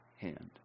hand